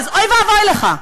אז אוי ואבוי לך.